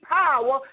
power